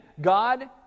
God